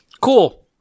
Cool